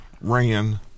ran